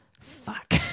Fuck